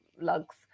lugs